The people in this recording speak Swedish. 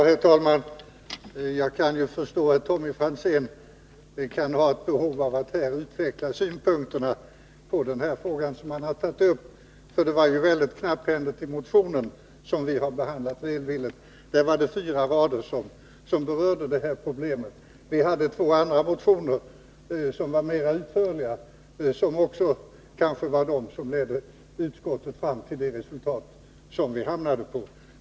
Herr talman! Jag kan förstå att Tommy Franzén kan ha ett behov av att utveckla synpunkterna när det gäller den fråga som han har tagit upp. Motionen som vi har behandlat välvilligt var ju mycket knapphändig. Endast fyra rader berörde det här problemet. Det fanns två andra motioner som var mera utförliga och som kanske också ledde utskottet fram till det slutliga resultatet.